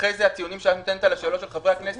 ואחרי זה הציונים שאת נותנת על השאלות של חברי הכנסת